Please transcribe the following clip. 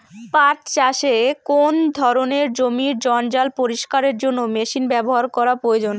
পাট চাষে কোন ধরনের জমির জঞ্জাল পরিষ্কারের জন্য মেশিন ব্যবহার করা প্রয়োজন?